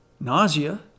nausea